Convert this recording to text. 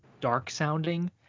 dark-sounding